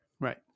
Right